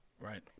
Right